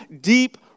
deep